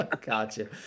Gotcha